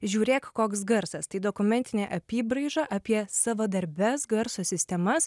žiūrėk koks garsas tai dokumentinė apybraiža apie savadarbes garso sistemas